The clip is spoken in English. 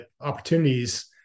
opportunities